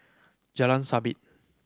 Jalan Sabit